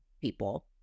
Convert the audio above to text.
people